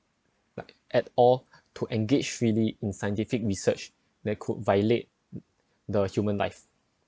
like at all to engage freely in scientific research that could violate t~ the human life